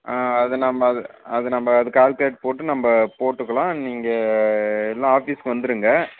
ஆ அது நம்ம அது அது நம்ம அது கால்குலேட் போட்டு நம்ம போட்டுக்கலாம் நீங்கள் இல்லைனா ஆஃபீஸுக்கு வந்துடுங்க